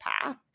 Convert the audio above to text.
path